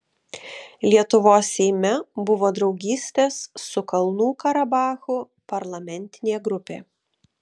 lietuvos seime buvo draugystės su kalnų karabachu parlamentinė grupė